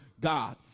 God